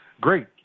great